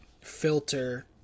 filter